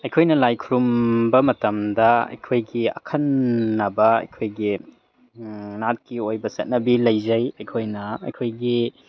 ꯑꯩꯈꯣꯏꯅ ꯂꯥꯏ ꯈꯨꯔꯨꯝꯕ ꯃꯇꯝꯗ ꯑꯩꯈꯣꯏꯒꯤ ꯑꯈꯟꯅꯕ ꯑꯩꯈꯣꯏꯒꯤ ꯅꯥꯠꯀꯤ ꯑꯣꯏꯕ ꯆꯠꯅꯕꯤ ꯂꯩꯖꯩ ꯑꯩꯈꯣꯏꯅ ꯑꯩꯈꯣꯏꯒꯤ